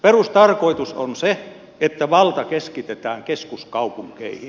perustarkoitus on se että valta keskitetään keskuskaupunkeihin